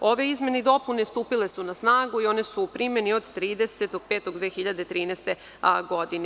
Ove izmene i dopune stupile su na snagu i one su u primeni od 30.05. 2013. godine.